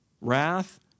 wrath